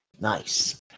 Nice